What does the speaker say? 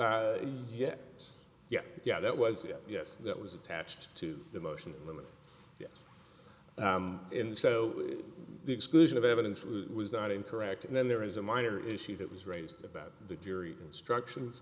women yeah yeah yeah that was yes that was attached to the motion limit in so the exclusion of evidence was not incorrect and then there is a minor issue that was raised about the jury instructions